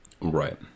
Right